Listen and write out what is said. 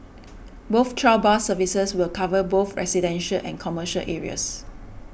both trial bus services will cover both residential and commercial areas